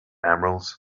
emeralds